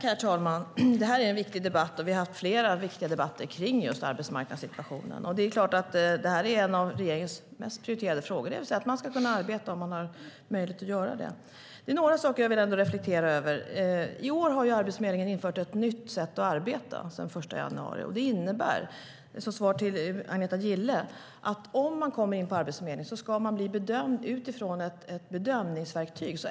Herr talman! Det här är en viktig debatt. Vi har haft flera viktiga debatter kring just arbetsmarknadssituationen. Det är klart att det här är en av regeringens mest prioriterade frågor, det vill säga att man ska kunna arbeta om man har möjlighet att göra det. Det är några saker som jag vill reflektera över. Den 1 januari i år införde Arbetsförmedlingen ett nytt sätt att arbeta - jag säger detta som ett svar till Agneta Gille. Om man kommer in på Arbetsförmedlingen ska man bli bedömd utifrån ett bedömningsverktyg.